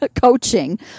coaching